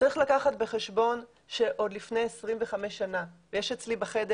צריך לקחת בחשבון שעוד לפני 25 שנה, יש אצלי בחדר